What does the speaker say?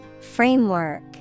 Framework